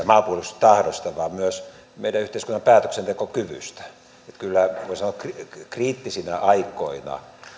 maanpuolustustahdosta vaan myös meidän yhteiskunnan päätöksentekokyvystä kyllä voi sanoa että kriittisinä aikoina